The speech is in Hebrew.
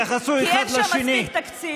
בבקשה, גברתי,